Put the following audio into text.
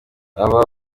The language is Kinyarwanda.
ababa